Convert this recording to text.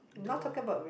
don't know